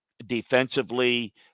defensively